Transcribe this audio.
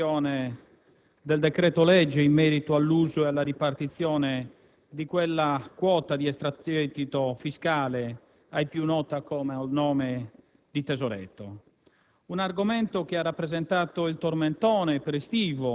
il provvedimento oggi in discussione riguarda la conversione del decreto-legge in merito all'uso e alla ripartizione di quella quota di extragettito fiscale ai più nota col nome di «tesoretto».